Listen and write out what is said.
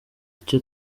icyo